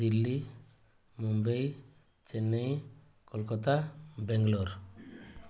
Delhi Mumbai Chennai Kolkata Bangalore